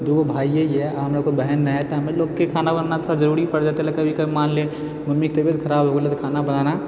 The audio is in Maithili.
दूगो भाइये हीए आओर हमरा कोइ बहन नहि है तऽ हमलोगके खाना बनाना तऽ जरुरीपर जेतै ऐला कभी कभी मानलै मम्मीके तबियत खराब हो गेले तऽ खाना बनाना